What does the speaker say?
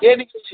ଖୁଲି ଯାଇଛେ